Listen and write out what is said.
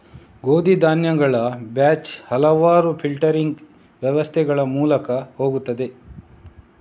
ಗೋಧಿ ಧಾನ್ಯಗಳ ಬ್ಯಾಚ್ ಹಲವಾರು ಫಿಲ್ಟರಿಂಗ್ ವ್ಯವಸ್ಥೆಗಳ ಮೂಲಕ ಹೋಗುತ್ತದೆ